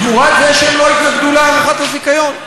תמורת זה שהן לא יתנגדו להארכת הזיכיון?